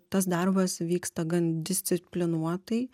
tas darbas vyksta gan disciplinuotai